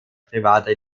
privater